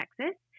Texas